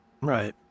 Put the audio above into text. Right